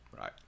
Right